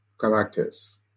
characters